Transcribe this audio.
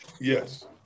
Yes